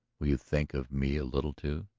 will you think of me a little, too?